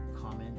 comment